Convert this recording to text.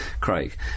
Craig